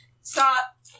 Stop